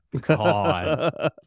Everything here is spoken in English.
God